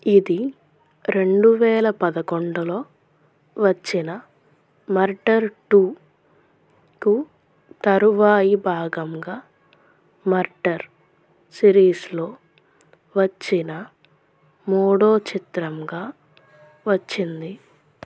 ఇది రెండు వేల పదకొండులో వచ్చిన మర్డర్ టూకు తరువాయి భాగంగా మర్డర్ సిరీస్లో వచ్చిన మూడో చిత్రంగా వచ్చింది